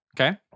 Okay